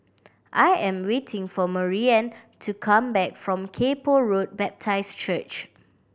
I am waiting for Maryann to come back from Kay Poh Road Baptist Church